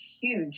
huge